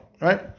right